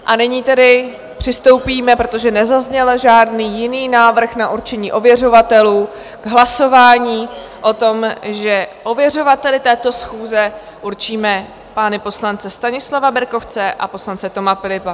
A nyní tedy přistoupíme, protože nezazněl žádný jiný návrh na určení ověřovatelů, k hlasování o tom, že ověřovateli této schůze určíme pány poslance Stanislava Berkovce a poslance Toma Philippa.